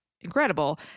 incredible